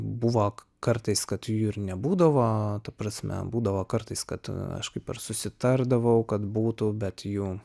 buvo k kartais kad jų ir nebūdavo ta prasme būdavo kartais kad aš kaip aš susitardavau kad būtų bet jų